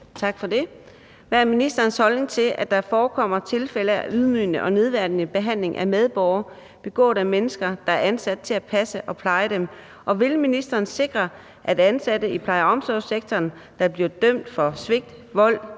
Tak for det. Hvad er ministerens holdning til, at der forekommer tilfælde af ydmygende og nedværdigende behandling af medborgere begået af mennesker, der er ansat til at passe og pleje dem, og vil ministeren sikre, at ansatte i pleje- og omsorgssektoren, der bliver dømt for svigt, vold,